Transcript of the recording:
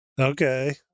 Okay